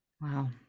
Wow